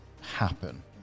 happen